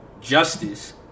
justice